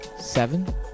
seven